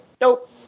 Nope